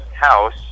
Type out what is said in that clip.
house